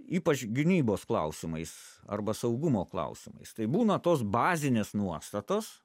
ypač gynybos klausimais arba saugumo klausimais tai būna tos bazinės nuostatos